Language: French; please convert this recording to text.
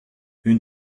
une